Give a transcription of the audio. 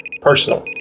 Personal